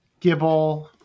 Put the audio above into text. Gibble